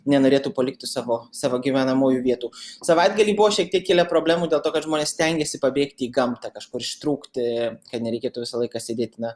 nenorėtų palikti savo savo gyvenamųjų vietų savaitgalį buvo šiek tiek kilę problemų dėl to kad žmonės stengėsi pabėgti į gamtą kažkur ištrūkti kad nereikėtų visą laiką sėdėti na